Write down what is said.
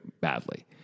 badly